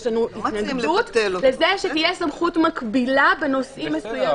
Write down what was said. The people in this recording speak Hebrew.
יש לנו התנגדות לזה שתהיה סמכות מקבילה בנושא מסוים.